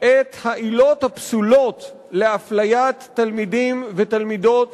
את העילות הפסולות לאפליית תלמידים ותלמידות